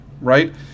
right